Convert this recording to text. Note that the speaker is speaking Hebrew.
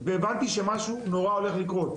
והבנתי שמשהו נורא הולך לקרות.